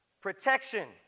Protection